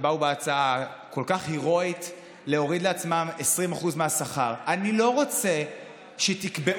שבאו בהצעה כל כך הרואית להוריד לעצמם 20% מהשכר: אני לא רוצה שתקבעו,